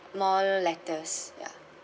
more lettuce ya